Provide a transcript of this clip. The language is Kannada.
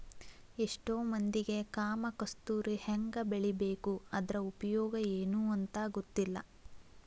ಎಷ್ಟೋ ಮಂದಿಗೆ ಕಾಮ ಕಸ್ತೂರಿ ಹೆಂಗ ಬೆಳಿಬೇಕು ಅದ್ರ ಉಪಯೋಗ ಎನೂ ಅಂತಾ ಗೊತ್ತಿಲ್ಲ